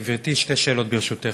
גברתי, שתי שאלות, ברשותך.